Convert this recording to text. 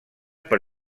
per